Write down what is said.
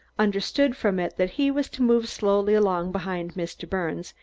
understood from it that he was to move slowly along behind mr. birnes,